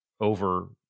over